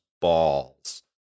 balls